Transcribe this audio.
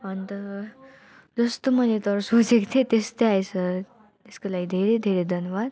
अन्त जस्तो मैले तर सोचेको थिएँ त्यस्तै आएछ त्यसको लागि धेरै धेरै धन्यवाद